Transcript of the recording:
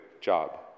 job